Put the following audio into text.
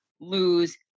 lose